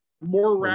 more